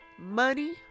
money